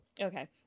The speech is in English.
Okay